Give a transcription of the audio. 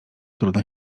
trudna